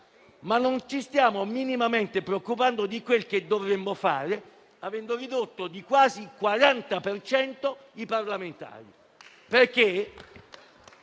ma non ci stiamo minimamente preoccupando di quel che dovremmo fare, avendo ridotto di quasi il 40 per cento il numero